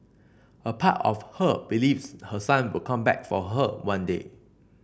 a part of her believes her son will come back for her one day